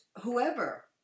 whoever